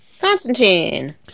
Constantine